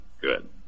good